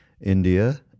India